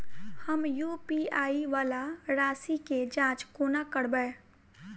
हम यु.पी.आई वला राशि केँ जाँच कोना करबै?